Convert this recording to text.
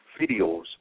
videos